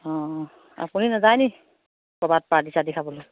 অঁ আপুনি নাযায় নেকি ক'ৰবাত পাৰ্টি চাৰ্টি খাবলৈ